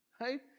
right